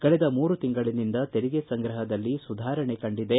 ಕಳೆದ ಮೂರು ತಿಂಗಳನಿಂದ ತೆರಿಗೆ ಸಂಗ್ರಹದಲ್ಲಿ ಸುಧಾರಣೆ ಕಂಡಿದೆ